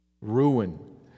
Ruin